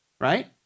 right